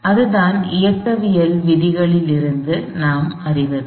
எனவே அதுதான் இயக்கவியல் விதிகளிலிருந்து நாம் அறிவது